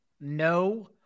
no